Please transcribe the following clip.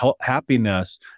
happiness